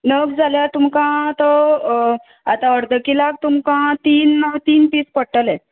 नग जाल्यार तुमकां तो आता अर्द किलांक तुमकां तीन तीन पिस पडटलें